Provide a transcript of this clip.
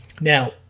Now